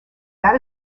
that